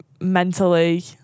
mentally